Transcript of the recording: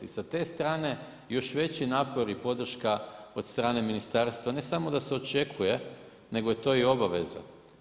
I sa te strane, još veći napor i podrška od strane ministarstva, ne samo da se očekuje nego je to i obaveza.